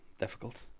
difficult